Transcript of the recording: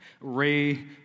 Ray